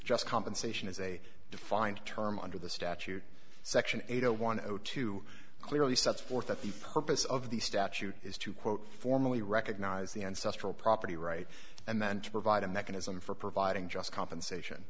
just compensation is a defined term under the statute section eight zero one zero two clearly sets forth that the purpose of the statute is to quote formally recognize the ancestral property rights and then to provide a mechanism for providing just compensation